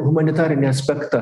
humanitarinį aspektą